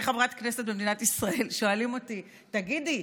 כחברת כנסת במדינת ישראל שואלים אותי: תגידי,